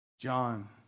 John